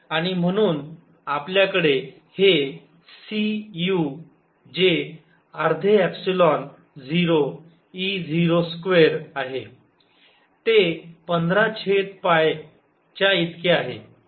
आणि म्हणून आपल्याकडे हे सी यू जे अर्धे एप्सिलॉन 0 ई 0 स्क्वेअर आहे ते पंधरा छेद पाय च्याइतके आहे